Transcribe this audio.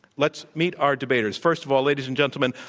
let's meet our debaters. first of all, ladies and gentleman,